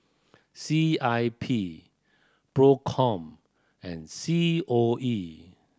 C I P Procom and C O E